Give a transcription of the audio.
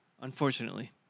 Unfortunately